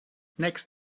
next